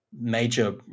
major